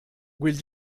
will